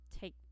take